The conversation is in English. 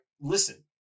listen